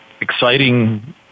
exciting